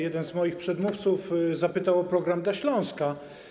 Jeden z moich przedmówców zapytał o program dla Śląska.